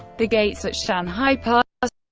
the gates at shanhai pass ah